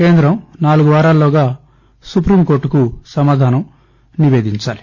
కేంధం నాలుగువారాల్లోగా సుపీంకోర్టుకు సమాధానం నివేదించాలి